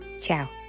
Ciao